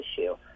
issue